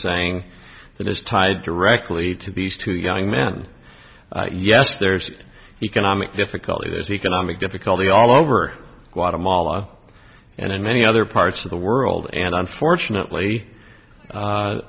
saying that is tied directly to bees to young men yes there's economic difficulty there's economic difficulty all over guatemala and in many other parts of the world and unfortunately